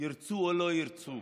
ירצו או לא ירצו,